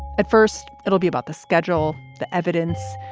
at first, it'll be about the schedule. the evidence,